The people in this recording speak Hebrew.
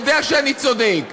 הוא יודע שאני צודק.